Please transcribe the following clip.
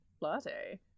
latte